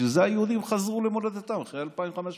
בשביל זה היהודים חזרו למולדתם אחרי 2,500 שנה,